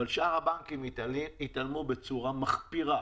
אבל שאר הבנקים התעלמו מזה בצורה מחפירה,